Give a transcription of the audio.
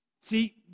See